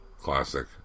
classic